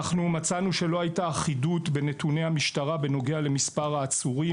אנחנו מצאנו שלא הייתה אחידות בנתוני המשטרה בנוגע למספר העצורים,